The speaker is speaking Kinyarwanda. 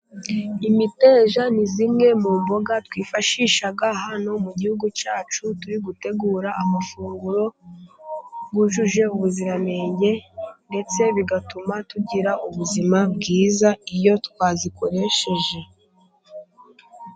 Imiteja ni zimwe mu mboga twifashisha hano mu gihugu cyacu, turi gutegura amafunguro yujuje ubuziranenge, ndetse bigatuma tugira ubuzima bwiza iyo twazikoresheje.